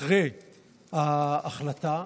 אחרי ההחלטה,